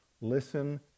Listen